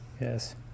Yes